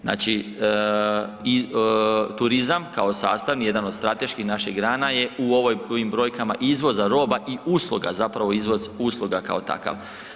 Znači turizam kao sastavni jedan od strateških naših grana je u ovim brojkama izvoza roba i usluga, zapravo izvoz usluga kao takav.